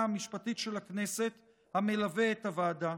המשפטית של הכנסת המלווה את הוועדה.